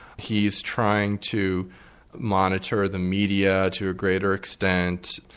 he is trying to monitor the media to a greater extent,